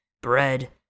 bread